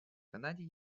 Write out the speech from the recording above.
канаді